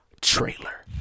trailer